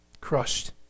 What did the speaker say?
crushed